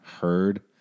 heard